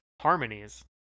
harmonies